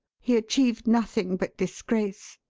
he achieved nothing but disgrace.